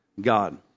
God